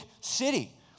city